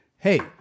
Hey